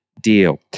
deal